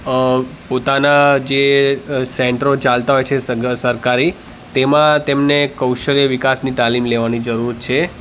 અ પોતાનાં જે સેન્ટરો ચાલતા હોય છે સરકારી તેમાં તેમને કૌશલ્ય વિકાસની તાલીમ લેવાની જરૂર છે